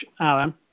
Alan